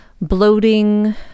Bloating